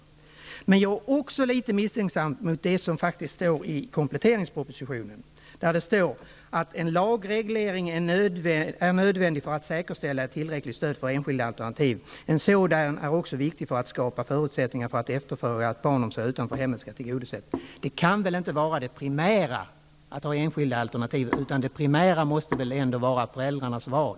Jag är emellertid också litet misstänksam mot det står som i kompletteringspropositionen, nämligen att en lagreglering är nödvändig för att säkerställa tillräckligt stöd för enskilda alternativ och att sådana också är viktiga för att skapa förusättningar för att efterfrågad barnomsorg utanför hemmet skall tillgodoses. Det primära kan väl inte vara att ha enskilda alternativ, utan det primära måste väl ändå vara föräldrarnas val.